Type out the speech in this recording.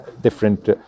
different